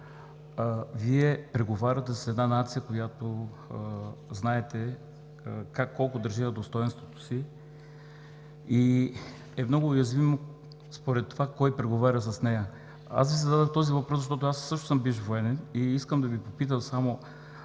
Вие преговаряте с една нация, която знаете колко държи на достойнството си и е много уязвима според това кой преговаря с нея. Зададох Ви този въпрос, защото аз също съм бивш военен. Искам само да Ви попитам: